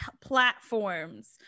platforms